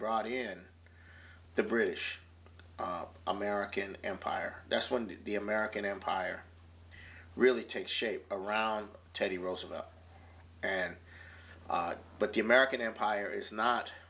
brought in the british american empire that's when did the american empire really take shape around teddy roosevelt and but the american empire is not